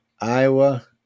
Iowa